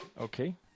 Okay